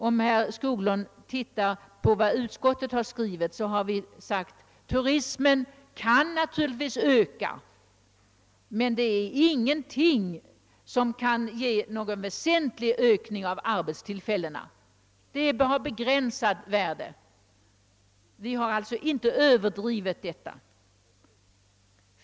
Läser herr Skoglund utlåtandet skall han emellertid finna att utskottet framhållit att turismen naturligvis kan öka men att detta inte kan medföra någon väsentlig ökning av arbestillfällena. Det är alltså bara av begränsat värde. Således har utskottsmajoriteten inte överdrivit saken.